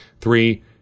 three